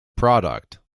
product